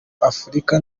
afurika